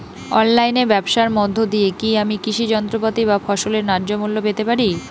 অনলাইনে ব্যাবসার মধ্য দিয়ে কী আমি কৃষি যন্ত্রপাতি বা ফসলের ন্যায্য মূল্য পেতে পারি?